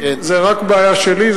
זו רק בעיה שלי,